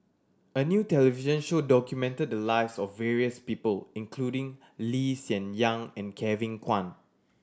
a new television show documented the lives of various people including Lee Hsien Yang and Kevin Kwan